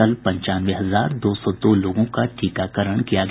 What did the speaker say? कल पंचानवे हजार दो सौ दो लोगों का टीकाकरण किया गया